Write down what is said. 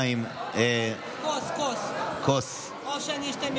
כמובן, על הצעת החוק הזו ישיב השר יואב